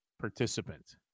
participant